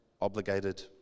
obligated